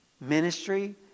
ministry